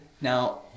Now